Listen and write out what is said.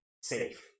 safe